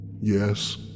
Yes